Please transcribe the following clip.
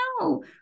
no